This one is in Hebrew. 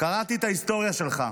קראתי את ההיסטוריה שלך.